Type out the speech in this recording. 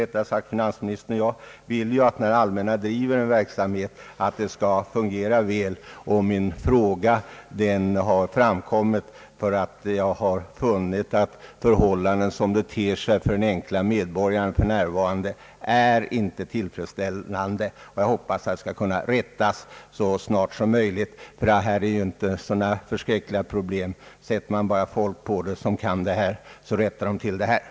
Både finansministern och jag vill ju att verksamhet som bedrivs av det allmänna skall fungera väl, och jag ställde min fråga på grund av att jag funnit att förhållandena, så som de ter sig för den enkle medborgaren, för närvarande inte är tillfredsställande. Jag hoppas att de skall kunna rättas till så snart som möjligt; det är inte så stora problem. Om man bara sätter kunnigt folk på uppgiften rättar de snart till vad som brister.